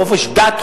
חופש דת,